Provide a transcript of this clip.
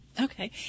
Okay